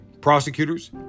prosecutors